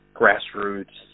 grassroots